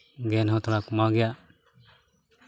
ᱜᱮᱭᱟᱱ ᱦᱚᱸ ᱛᱷᱚᱲᱟ ᱠᱚᱢᱟᱣ ᱜᱮᱭᱟ